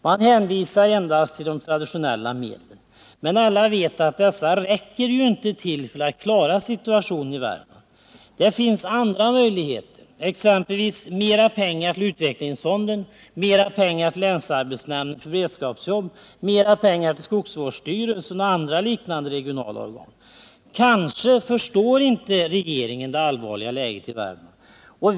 Han hänvisar endast till de traditionella medlen. Men alla vet att dessa inte räcker till för att klara situationen i Värmland. Det finns andra möjligheter, exempelvis mera pengar till utvecklingsfonden, mera pengar till länsarbetsnämnden för beredskapsjobb, mera pengar till skogsvårdsstyrelsen och andra liknande regionala organ. Kanske förstår inte regeringen det allvarliga läget i Värmland.